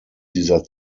dieser